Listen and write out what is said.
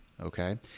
okay